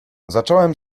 zacząłem